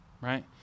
right